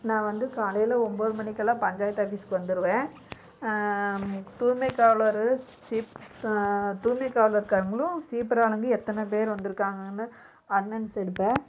நான் வந்து காலையில் ஒம்பது மணிக்கெல்லாம் பஞ்சாயத்து ஆஃபீஸ்க்கு வந்துடுவேன் தூய்மைக்காவலர் ஸ்வீப் தூய்மைக் காவலர்காரங்களும் ஸ்வீப்பர் ஆனவங்க எத்தனை பேர் வந்திருக்காங்கனு அட்னன்ட்ஸ் எடுப்பேன்